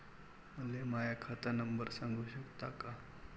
मले माह्या खात नंबर सांगु सकता का?